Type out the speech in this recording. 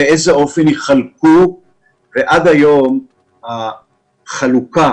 באיזה אופן יחלקו ועד היום החלוקה,